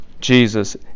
Jesus